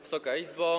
Wysoka Izbo!